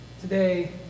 Today